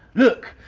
look,